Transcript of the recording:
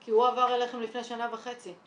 כי הוא עבר אליכם לפני שנה וחצי.